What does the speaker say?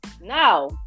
Now